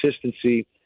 consistency